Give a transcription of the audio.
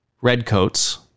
redcoats